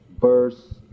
verse